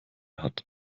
hat